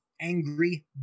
angry